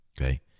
Okay